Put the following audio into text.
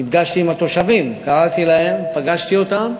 נפגשתי עם התושבים, קראתי להם, פגשתי אותם.